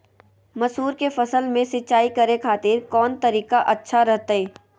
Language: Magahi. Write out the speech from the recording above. मसूर के फसल में सिंचाई करे खातिर कौन तरीका अच्छा रहतय?